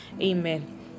Amen